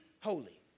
holy